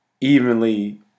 evenly